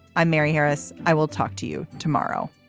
i'm mary harris. i will talk to you tomorrow